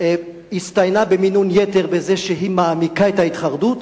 הצטיינה במינון-יתר בזה שהיא מעמיקה את ההתחרדות,